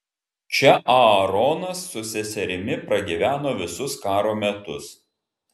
čia aaronas su seserimi pragyveno visus karo metus